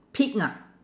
peek ah